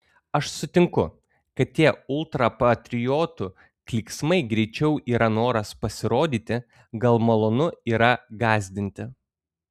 aš sutinku kad tie ultrapatriotų klyksmai greičiau yra noras pasirodyti gal malonu yra gąsdinti